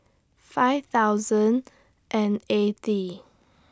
five thousand and eighty